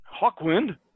Hawkwind